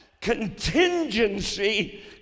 Contingency